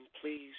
please